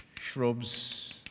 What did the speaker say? shrubs